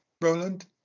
Roland